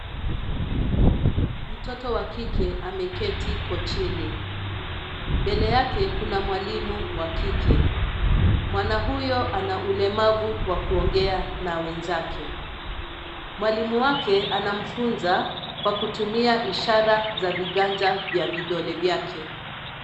Mtoto wa kike ameketi kochini, mbele yake, kuna mwalimu wa kike. Mwana huyo ana ulemavu wa kuongea na wenzake. Mwalimu wake anamfunza kwa kutumia ishara za viganja vya vidole vyake.